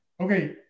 okay